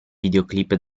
videoclip